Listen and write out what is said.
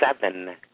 seven